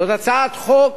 זאת הצעת חוק